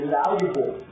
valuable